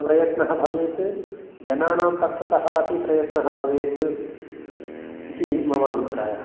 प्रयत्नः भवेत् जनानां पक्षतः अपि प्रयत्नः भवेत् इति मम अभिप्रायः